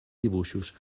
dibuixos